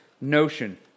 notion